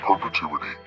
perpetuity